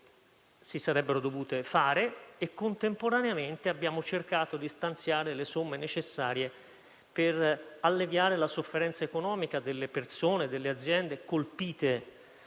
restrizioni necessarie. Contemporaneamente abbiamo cercato di stanziare le somme necessarie per alleviare la sofferenza economica delle persone e delle aziende colpite